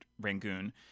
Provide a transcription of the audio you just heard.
Rangoon